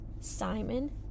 Simon